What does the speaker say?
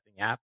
app